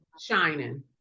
shining